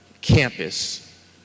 campus